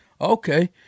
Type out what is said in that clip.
Okay